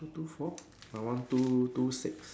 two two four my one two two six